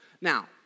Now